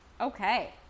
Okay